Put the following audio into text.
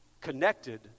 connected